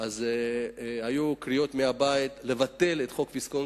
היו קריאות מהבית לבטל את חוק ויסקונסין,